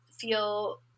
feel